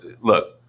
look